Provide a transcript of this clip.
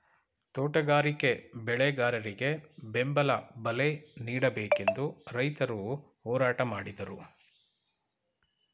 ತೋಟಗಾರಿಕೆ ಬೆಳೆಗಾರರಿಗೆ ಬೆಂಬಲ ಬಲೆ ನೀಡಬೇಕೆಂದು ರೈತರು ಹೋರಾಟ ಮಾಡಿದರು